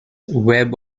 web